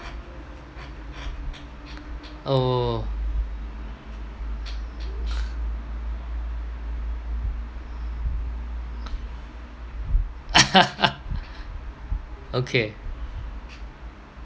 oh okay